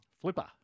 Flipper